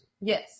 Yes